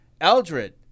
Eldred